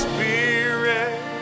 Spirit